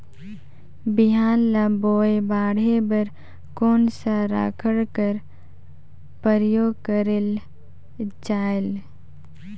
बिहान ल बोये बाढे बर कोन सा राखड कर प्रयोग करले जायेल?